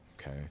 Okay